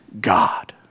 God